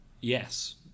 yes